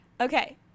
okay